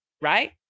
right